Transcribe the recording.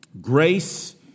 grace